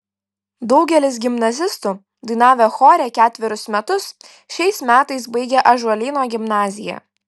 daugelis gimnazistų dainavę chore ketverius metus šiais metais baigia ąžuolyno gimnaziją